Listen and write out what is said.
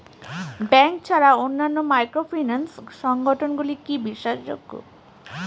Bank ছাড়া অন্যান্য microfinance সংগঠন গুলি কি বিশ্বাসযোগ্য?